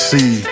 See